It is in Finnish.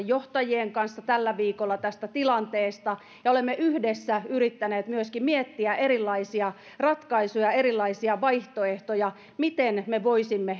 johtajien kanssa tällä viikolla tästä tilanteesta ja olemme yhdessä yrittäneet myöskin miettiä erilaisia ratkaisuja erilaisia vaihtoehtoja miten me voisimme